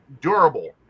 durable